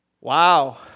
Wow